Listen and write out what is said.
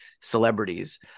Celebrities